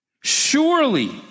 Surely